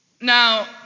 Now